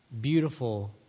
Beautiful